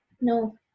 no